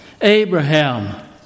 Abraham